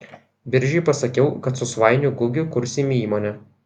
biržiui pasakiau kad su svainiu gugiu kursime įmonę